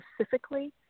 specifically